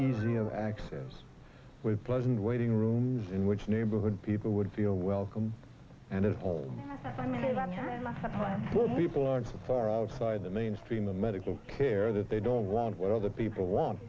easier access with pleasant waiting rooms in which neighborhood people would feel welcome and as all people are so far outside the mainstream the medical care that they don't want what other people